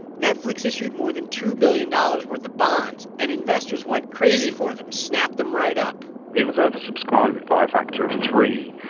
netflix issued more than two billion dollars worth of bonds, and investors went crazy for them snapped them right up it was oversubscribed by a factor of three,